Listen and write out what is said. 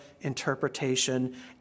interpretation